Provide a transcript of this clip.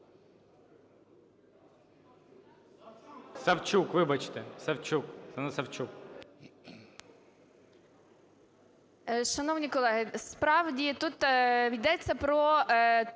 Савчук, вибачте. Савчук,